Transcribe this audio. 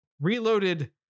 Reloaded